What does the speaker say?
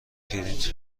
پرینت